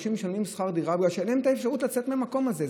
אנשים משלמים שכר דירה בגלל שאין להם את האפשרות לצאת מהמקום הזה.